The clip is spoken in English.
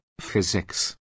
physics